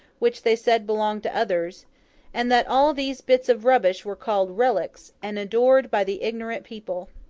which they said belonged to others and that all these bits of rubbish were called relics, and adored by the ignorant people.